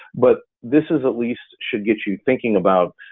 but this is at least should get you thinking about